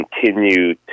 continue